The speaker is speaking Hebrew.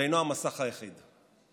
זה אינו המסך היחיד.